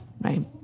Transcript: right